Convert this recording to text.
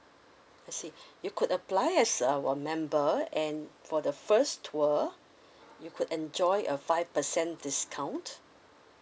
I see you could apply as our member and for the first tour you could enjoy a five percent discount